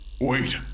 wait